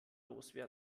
loswerden